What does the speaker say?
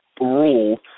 rule